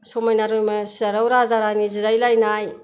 समायना रमायना सियाराव राजा रानि जिरायलायनाय